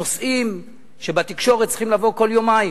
הנושאים שצריכים לבוא בתקשורת כל יומיים,